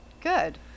Good